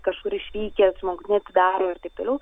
kažkur išvykęs žmogus neatidaro ir taip toliau